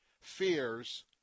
fears